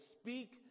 speak